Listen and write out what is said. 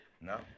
no